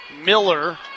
Miller